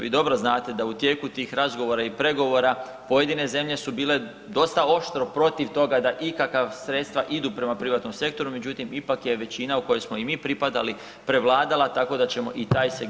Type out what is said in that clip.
Vi dobro znate da u tijeku tih razgovora i pregovora pojedine zemlje su bile dosta oštro protiv toga da ikakav sredstva idu prema privatnom sektoru, međutim ipak je većina u kojoj smo i mi pripadali prevladala, tako da ćemo i taj segment voditi brigu.